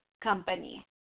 company